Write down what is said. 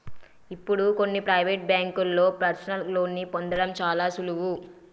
ఇప్పుడు కొన్ని ప్రవేటు బ్యేంకుల్లో పర్సనల్ లోన్ని పొందడం చాలా సులువు